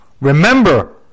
Remember